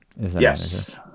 Yes